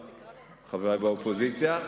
באופוזיציה.